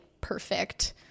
perfect